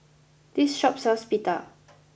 this shop sells Pita